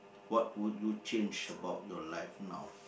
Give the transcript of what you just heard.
what would you change about your life now